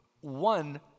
one